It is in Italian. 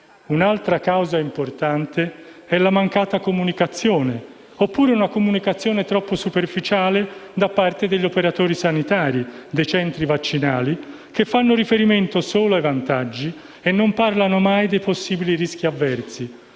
Un'altra causa importante è la mancata comunicazione oppure una comunicazione troppo superficiale da parte degli operatori sanitari dei centri vaccinali, che fanno riferimento solo ai vantaggi e non parlano mai dei possibili rischi avversi.